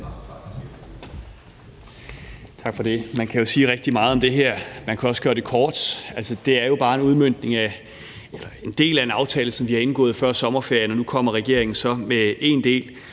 Tak for det. Man kan jo sige rigtig meget om det her, og man kan også gøre det kort. Det er jo bare en udmøntning af en del af en aftale, som vi har indgået før sommerferien, og nu kommer regeringen så med en del,